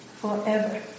forever